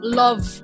love